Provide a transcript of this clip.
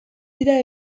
dira